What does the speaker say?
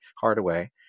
Hardaway